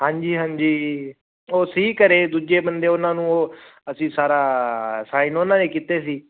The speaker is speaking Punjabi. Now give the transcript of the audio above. ਹਾਂਜੀ ਹਾਂਜੀ ਉਹ ਸੀ ਘਰ ਦੂਜੇ ਬੰਦੇ ਉਹਨਾਂ ਨੂੰ ਅਸੀਂ ਸਾਰਾ ਸਾਈਨ ਉਹਨਾਂ ਨੇ ਕੀਤੇ ਸੀ